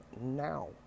now